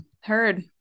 Heard